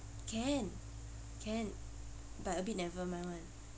can can but a bit nevermind [one]